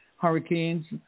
Hurricanes